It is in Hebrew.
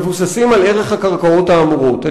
מבוססים על ערך הקרקעות האמורות.